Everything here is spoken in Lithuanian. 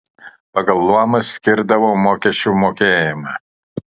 pagal luomus skirdavo mokesčių mokėjimą